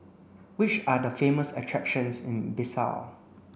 which are the famous attractions in Bissau